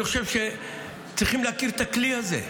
אני חושב שצריכים להכיר את הכלי הזה.